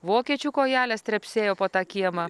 vokiečių kojelės trepsėjo po tą kiemą